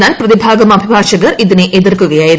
എന്നാൽ പ്രതിഭാഗം അഭിഭാഷകർ ഇതിനെ എതിർക്കുകയായിരുന്നു